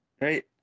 right